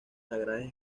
sagradas